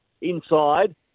inside